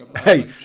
Hey